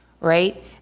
right